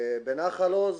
בנחל עוז